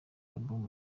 album